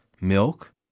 milk